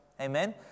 Amen